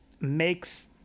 Makes